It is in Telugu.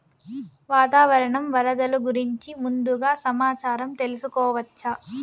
వాతావరణం వరదలు గురించి ముందుగా సమాచారం తెలుసుకోవచ్చా?